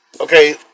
Okay